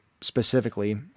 specifically